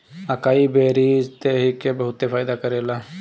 अकाई berries देहि के बहुते फायदा करेला